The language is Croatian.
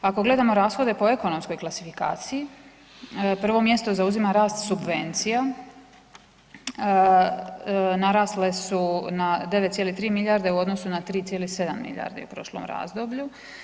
Ako gledamo rashode po ekonomskoj klasifikaciji, prvo mjesto zauzima rast subvencija, narasle su na 9,3 milijarde u odnosu na 3,7 milijardi u prošlom razdoblju.